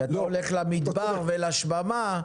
כשאתה הולך למדבר ולשממה,